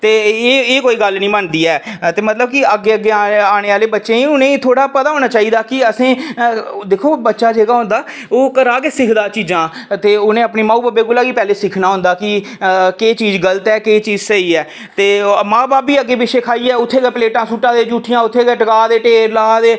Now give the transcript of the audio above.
ते एह् कोई गल्ल निं बनदी ऐ ते मतलब कि अग्गै अग्गै आने आह्ले बच्चें ई उ''नेंगी थोह्ड़ा पता होना चाहिदा कि असें दिक्खो बच्चा जेह्का होंदा ओह् घरा गै सिखदा चीज़ां ते उनें पैह्लें अपने माऊ बब्बै कोला गै सिक्खना होंदा कि केह् चीज़ गलत ऐ ते केह् चीज़ स्हेई ऐ ते मां बब्ब ई अग्गै पिच्छै खाइयै उत्थै गै प्लेटां सुट्टा दे जूठियां उत्थै गै ला दे ढेर ला दे